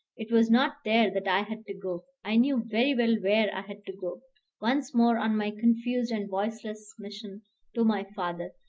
it was not there that i had to go. i knew very well where i had to go once more on my confused and voiceless mission to my father,